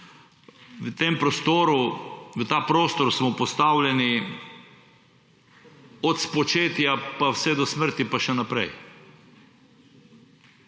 ne zaznavajo. V ta prostor smo postavljeni od spočetja pa vse do smrti pa še naprej.